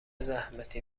زحمتی